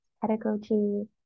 pedagogy